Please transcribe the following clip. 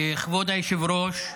כבוד היושב-ראש,